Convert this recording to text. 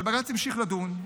אבל בג"ץ המשיך לדון,